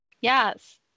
Yes